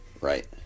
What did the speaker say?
right